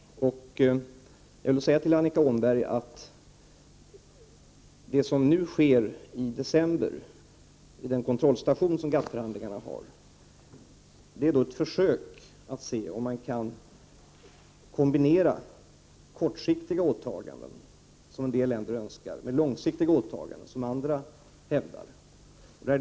Jag vill säga till henne att det som nu skall ske i december, alltså vid GATT-förhandlingarnas kontrollstation, är ett försök att se om vi kan kombinera kortsiktiga åtaganden, som en del länder önskar, med långsiktiga åtaganden som andra förespråkar.